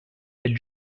elle